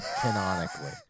canonically